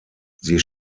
sie